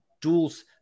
tools